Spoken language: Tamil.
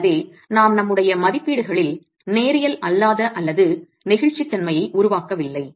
எனவே நாம் நம்முடைய மதிப்பீடுகளில் நேரியல் அல்லாத அல்லது நெகிழ்ச்சித்தன்மையை உருவாக்கவில்லை